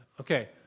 Okay